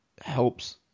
helps